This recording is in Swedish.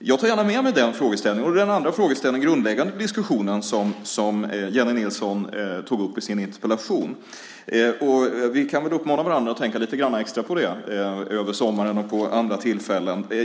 Jag tar gärna med mig den frågeställningen och den andra frågeställningen, den grundläggande i diskussionen, som Jennie Nilsson tog upp i sin interpellation. Vi kan väl uppmana varandra att tänka lite extra på det över sommaren och vid andra tillfällen.